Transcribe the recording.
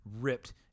ripped